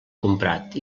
comprat